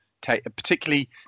particularly